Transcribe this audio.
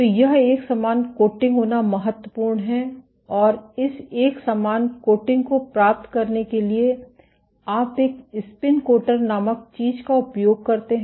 तो यह एक समान कोटिंग होना महत्वपूर्ण है और इस एक समान कोटिंग को प्राप्त करने के लिए आप एक स्पिन कोटर नामक चीज का उपयोग करते हैं